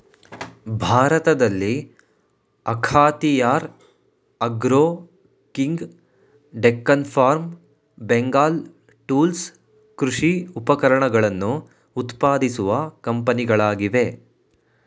ಭಾರತದಲ್ಲಿ ಅಖಾತಿಯಾರ್ agro king, Deccan farm, Bengal tools ಕೃಷಿ ಉಪಕರಣಗಳನ್ನು ಉತ್ಪಾದಿಸುವ ಕಂಪನಿಗಳಾಗಿವೆ